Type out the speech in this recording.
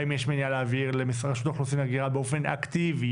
האם יש מניעה להעביר לרשות האוכלוסין וההגירה באופן אקטיבי,